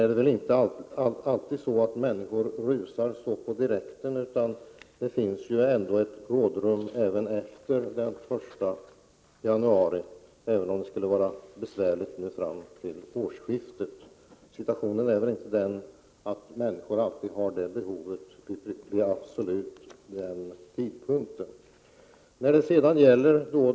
Det är väl inte alltid så att människor rusar åstad direkt, och om det skulle vara besvärligt att hinna före årsskiftet, finns det ju ett rådrum även efter den 1 januari. Alla människor har väl inte uttryckliga behov av att absolut utnyttja tiden före nyår.